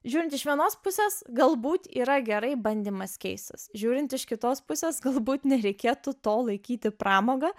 žiūrint iš vienos pusės galbūt yra gerai bandymas keistis žiūrint iš kitos pusės galbūt nereikėtų to laikyti pramoga